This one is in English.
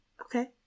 Okay